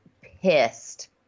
pissed